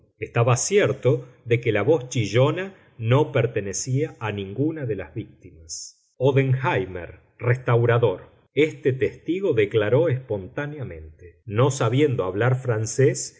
estaba cierto de que la voz chillona no pertenecía a ninguna de las víctimas odenhéimer restaurador este testigo declaró espontáneamente no sabiendo hablar francés